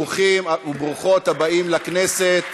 ברוכים וברוכות הבאים לכנסת,